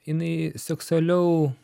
jinai seksualiau